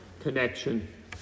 connection